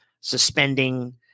suspending